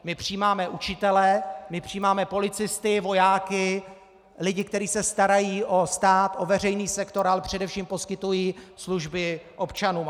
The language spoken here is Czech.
My přijímáme učitele, my přijímáme policisty, vojáky, lidi, kteří se starají o stát, o veřejný sektor, ale především poskytují služby občanům.